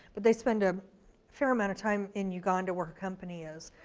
but they spend a fair amount of time in uganda, where her company is.